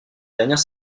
dernière